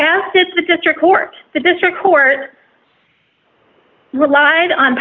ask to the district court the district court relied on